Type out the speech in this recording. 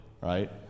right